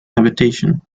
habitation